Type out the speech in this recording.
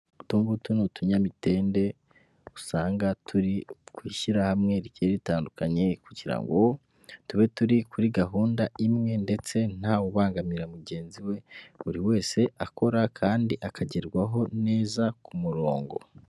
Utungutu ni utunyamitende usanga turi ku ishyirahamwe rigiye ritandukanye kugira ngo tube turi kuri gahunda imwe ndetse nta wubangamira mugenzi we, buri wese akora kandi akagerwaho neza ku murongo.